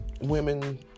women